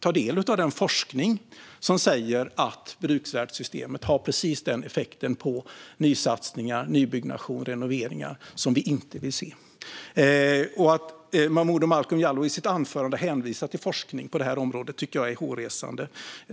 ta del av den forskning som säger att bruksvärdessystemet har precis den effekt på nysatsningar, nybyggnation och renoveringar som vi inte vill se. Att Momodou Malcolm Jallow i sin replik hänvisar till forskning på det här området tycker jag är hårresande.